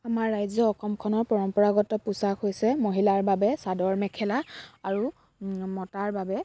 আমাৰ ৰাজ্য অসমখনৰ পৰম্পৰাগত পোচাক হৈছে মহিলাৰ বাবে চাদৰ মেখেলা আৰু মতাৰ বাবে